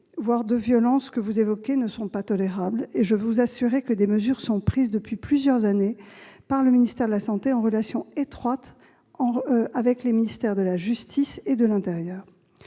voire de violence, que vous évoquez ne sont pas tolérables et je puis vous assurer que des mesures sont prises depuis plusieurs années par le ministère de la santé, en relation étroite avec les ministères de la justice et de l'intérieur.